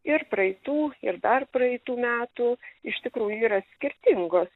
ir praeitų ir dar praeitų metų iš tikrųjų yra skirtingos